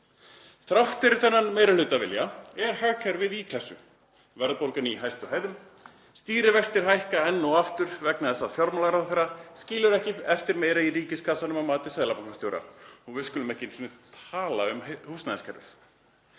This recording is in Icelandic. Þrátt fyrir þennan meirihlutavilja er hagkerfið í klessu, verðbólgan í hæstu hæðum, stýrivextir hækka enn og aftur vegna þess að fjármálaráðherra skilur ekki eftir meira í ríkiskassanum að mati seðlabankastjóra. Og við skulum ekki einu sinni tala um húsnæðiskerfið.